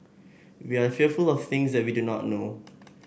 we are fearful of things that we do not know